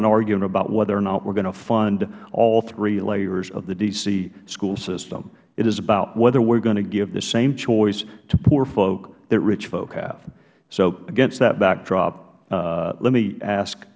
an argument about whether or not we are going to fund all three layers of the d c school system it is about whether we are going to give the same choice to poor folk that rich folk have so against that backdrop let me ask